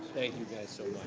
thank you guys so